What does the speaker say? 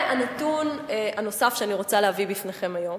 הנתון הנוסף שאני רוצה להביא בפניכם היום